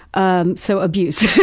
um so abuse.